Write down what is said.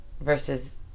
versus